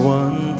one